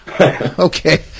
okay